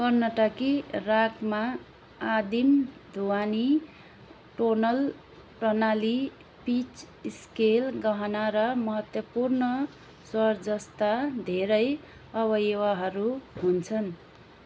कर्नाटकी रागमा आदिम ध्वानि टोनल प्रणाली पिच स्केल गहना र महत्त्वपूर्ण स्वर जस्ता धेरै अवयवहरू हुन्छन्